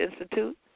Institute